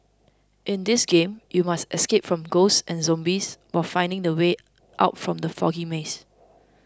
in this game you must escape from ghosts and zombies while finding the way out from the foggy maze